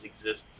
exists